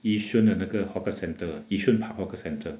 yishun 的那个 hawker centre yishun park hawker centre